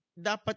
dapat